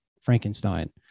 Frankenstein